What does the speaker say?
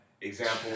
example